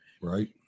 Right